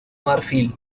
marfil